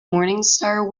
morningstar